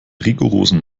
rigorosen